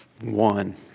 one